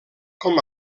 com